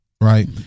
right